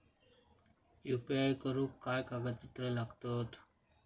UPI करुक काय कागदपत्रा लागतत?